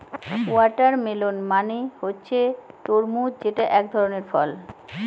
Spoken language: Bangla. ওয়াটারমেলন মানে হচ্ছে তরমুজ যেটা এক ধরনের ফল